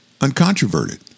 uncontroverted